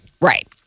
Right